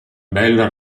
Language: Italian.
bella